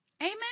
Amen